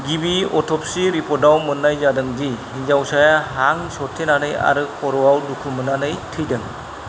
गिबि अट'प्सी रिपर्टआव मोननाय जादों दि हिन्जावसाया हां सरथेनानै आरो खर'आव दुखु मोननानै थैदों